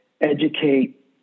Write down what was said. educate